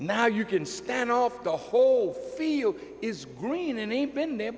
now you can stand off the whole field is green and even there